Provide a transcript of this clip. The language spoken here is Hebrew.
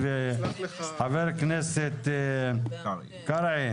התאחדות הקבלנים,